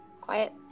Quiet